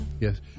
Yes